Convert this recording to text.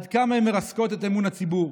עד כמה הן מרסקות את אמון הציבור.